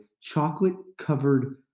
chocolate-covered